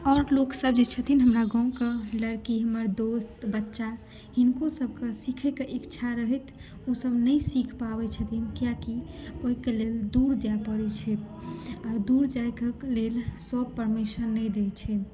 आओर लोक सब जे छथिन हमरा गाँव के लड़की हमर दोस्त बच्चा हिनको सब के सीखै के इच्छा रहैत ओ सब नहि सीख पाबै छथिन कियाकि ओहिके लेल दूर जाय पड़ै छै आ दूर जायके लेल सब परमिशन नहि दै छै